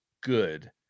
good